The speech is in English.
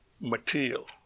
material